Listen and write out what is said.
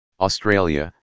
Australia